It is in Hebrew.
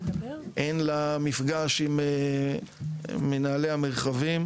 הן למפגש עם מנהלי המרחבים.